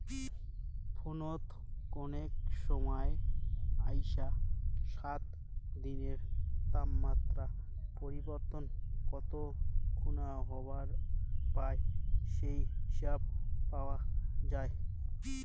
ফোনত কনেক সমাই আইসা সাত দিনের তাপমাত্রা পরিবর্তন কত খুনা হবার পায় সেই হিসাব পাওয়া যায়